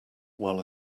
while